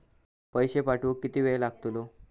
पैशे पाठवुक किती वेळ लागतलो?